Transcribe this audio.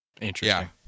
Interesting